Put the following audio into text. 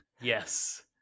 yes